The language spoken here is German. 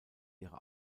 ihre